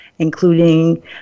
including